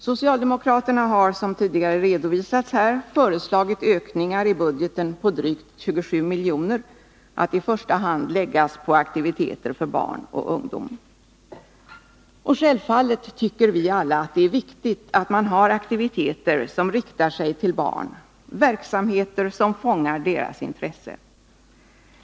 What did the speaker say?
Socialdemokraterna har, som tidigare redovisats här, föreslagit ökningar i budgeten på drygt 27 miljoner att i första hand läggas på aktiviteter för barn Självfallet tycker vi alla att det är viktigt att man har aktiviteter som riktar sig till barn, verksamheter som fångar deras intresse.